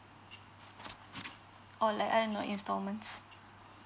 or like I don't know instalments